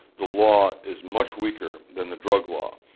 the law is much weaker than the drug law.